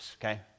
okay